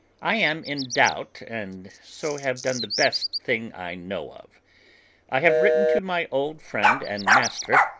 i am in doubt, and so have done the best thing i know of i have written to my old friend and master,